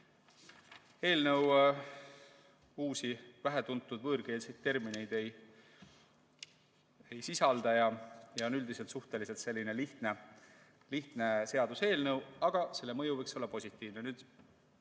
Eelnõu uusi, vähetuntud ega võõraid termineid ei sisalda ja on üldiselt selline suhteliselt lihtne seaduseelnõu, aga selle mõju võiks olla positiivne.